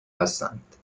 هستند